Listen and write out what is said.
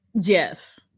yes